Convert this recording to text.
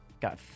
got